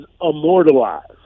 immortalized